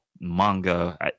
manga